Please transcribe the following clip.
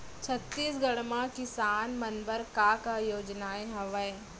छत्तीसगढ़ म किसान मन बर का का योजनाएं हवय?